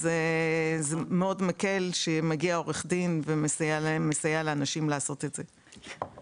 מאוד מקל שמגיע עורך דין ומסייע לאנשים לעשות את זה.